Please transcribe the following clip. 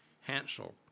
Hansel